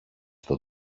στο